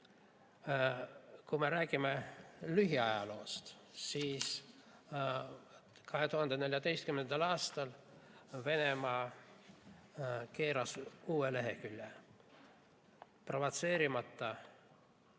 Kui me räägime lähiajaloost, siis 2014. aastal Venemaa keeras uue lehekülje: provotseerimata